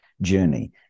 journey